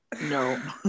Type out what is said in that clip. No